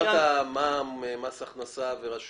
יש